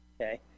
Okay